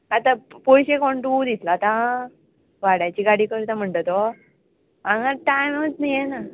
आतां पयशे कोण तूं दितलो आतां आं वाड्याची गाडी करता म्हणटा तो हांगा टायमूच न्ही येना